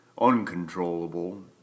uncontrollable